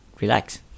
relax